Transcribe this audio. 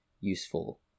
useful